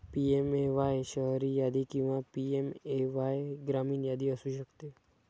PMAY शहरी यादी किंवा पी.एम.ए.वाय ग्रामीण यादी असू शकते